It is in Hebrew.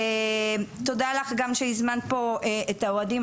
תודה לך גם שהזמנת פה את האוהדים,